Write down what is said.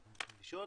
אם אתם רוצים לשאול,